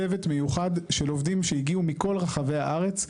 צוות מיוחד של עובדים שהגיעו מכל רחבי הארץ,